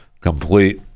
complete